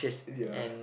ya